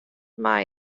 mei